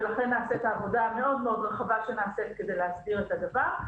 ולכן נעשית העבודה המאוד-מאוד רחבה שנעשית כדי להסדיר את הדבר,